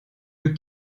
eut